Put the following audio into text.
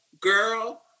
girl